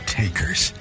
takers